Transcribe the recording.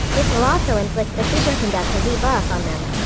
this will also inflict the superconductor debuff on them.